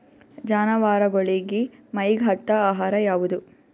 ಜಾನವಾರಗೊಳಿಗಿ ಮೈಗ್ ಹತ್ತ ಆಹಾರ ಯಾವುದು?